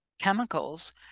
chemicals